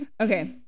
Okay